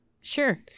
Sure